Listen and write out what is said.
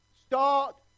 Start